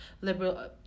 liberal